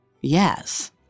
yes